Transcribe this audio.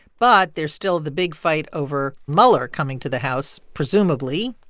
but there's still the big fight over mueller coming to the house, presumably,